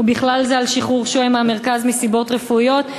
ובכלל זה על שחרור שוהה מהמרכז מסיבות רפואיות.